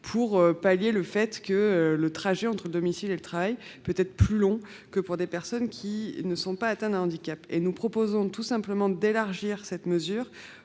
pour pallier le fait que le trajet entre le domicile et le travail peut être plus long que pour des personnes qui ne sont pas atteintes d’un handicap. Nous proposons tout simplement d’élargir cette mesure